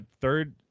third